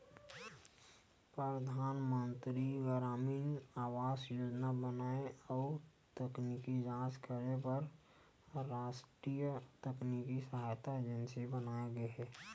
परधानमंतरी गरामीन आवास योजना बनाए अउ तकनीकी जांच करे बर रास्टीय तकनीकी सहायता एजेंसी बनाये गे हे